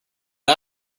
can